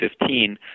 2015